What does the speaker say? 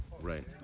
Right